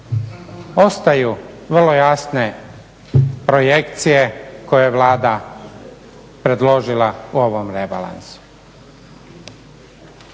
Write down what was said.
Ostaju vrlo jasne projekcije koje je Vlada predložila u ovom rebalansu.